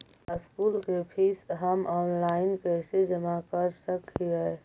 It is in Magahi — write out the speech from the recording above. स्कूल के फीस हम ऑनलाइन कैसे जमा कर सक हिय?